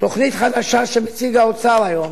תוכנית חדשה שמציג האוצר היום.